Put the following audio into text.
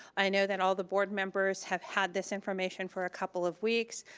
i know that all the board members have had this information for a couple of weeks.